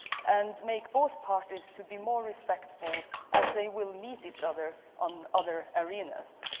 and make both parties to be more respectful as they will meet each other on other arenas.